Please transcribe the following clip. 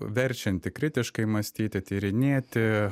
verčianti kritiškai mąstyti tyrinėti